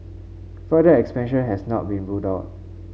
further expansion has not been ruled out